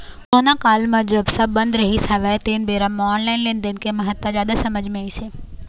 corona काल म जब सब बंद रहिस हवय तेन बेरा म ऑनलाइन लेनदेन के महत्ता जादा समझ मे अइस हे